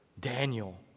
Daniel